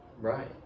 Right